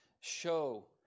show